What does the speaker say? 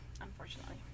unfortunately